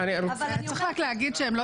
אבל אני אומרת --- צריך להגיד שהם לא